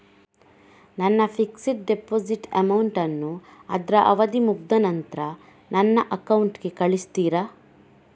ನನ್ನ fixed deposit amount ಅನ್ನು ಅದ್ರ ಅವಧಿ ಮುಗ್ದ ನಂತ್ರ ನನ್ನ ಅಕೌಂಟ್ ಗೆ ಕಳಿಸ್ತೀರಾ?